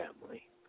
family